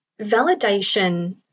validation